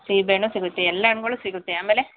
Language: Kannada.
ಸೀಬೆ ಹಣ್ಣು ಸಿಗುತ್ತೆ ಎಲ್ಲ ಹಣ್ಗಳು ಸಿಗುತ್ತೆ ಆಮೇಲೆ